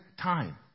time